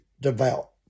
devout